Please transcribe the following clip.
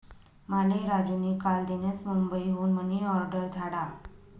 माले राजू नी कालदीनच मुंबई हुन मनी ऑर्डर धाडा